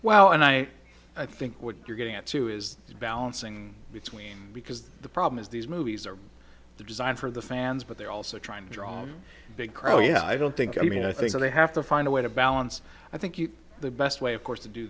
well and i i think what you're getting into is balancing between because the problem is these movies are the design for the fans but they're also trying to draw big crow you know i don't think i mean i think they have to find a way to balance i think you the best way of course to do